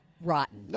rotten